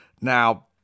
Now